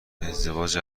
ازدواج